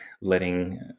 letting